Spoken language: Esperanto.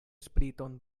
spriton